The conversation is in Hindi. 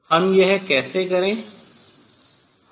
हम यह कैसे करे